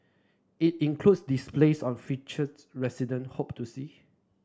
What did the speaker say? it includes displays on feature resident hope to see